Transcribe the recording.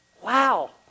Wow